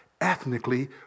ethnically